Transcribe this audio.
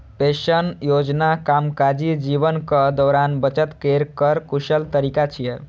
pension योजना कामकाजी जीवनक दौरान बचत केर कर कुशल तरीका छियै